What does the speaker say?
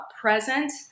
present